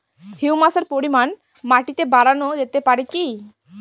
হিউমাসের পরিমান মাটিতে বারানো যেতে পারে কি?